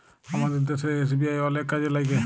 আমাদের দ্যাশের এস.বি.আই অলেক কাজে ল্যাইগে